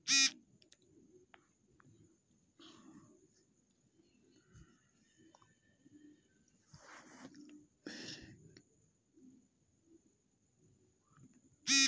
roller माटी कअ बड़ियार ढेला फोरे के भी काम आवेला